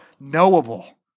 knowable